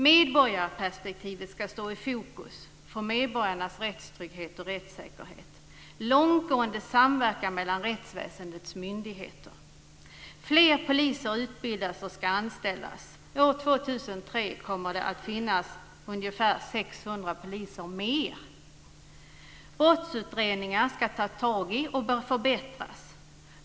Medborgarperspektivet ska stå i fokus för medborgarnas rättstrygghet och rättssäkerhet, långtgående samverkan mellan rättsväsendets myndigheter. Fler poliser ska utbildas och anställas. År 2003 kommer det att finnas ungefär 600 poliser mer. Man ska ta tag i brottsutredningar, och dessa bör förbättras.